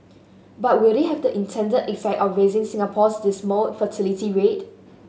but will they have the intended effect of raising Singapore's dismal fertility rate